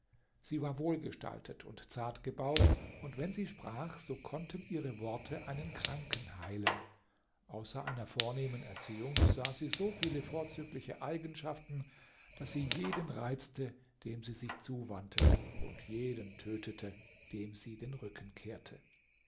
sie war wohlgestaltet und zart gebaut und wenn sie sprach so konnten ihre worte einen kranken heilen außer einer vornehmen erziehung besaß sie so viele vorzügliche eigenschaften daß sie jeden reizte dem sie sich zuwandte und jeden tötete dem sie den rücken kehrte